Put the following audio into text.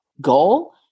goal